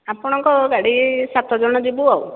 ଆପଣଙ୍କ ଗାଡ଼ି ସାତ ଜଣ ଯିବୁ ଆଉ